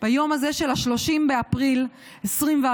ביום הזה של 30 באפריל 2021,